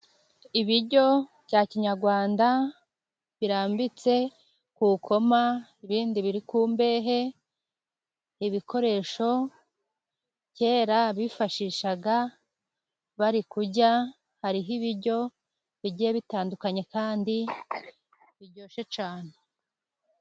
Ibiryo bya kinyarwanda birambitse ku ikoma. Ibindi biri ku mbehe, ibikoresho kera bifashishaga bari kurya. Hariho ibiryo bigiye bitandukanye kandi biryoshye cyane.